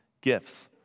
gifts